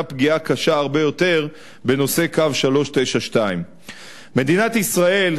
פגיעה קשה הרבה יותר בנוסעי קו 392. מדינת ישראל,